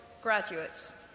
graduates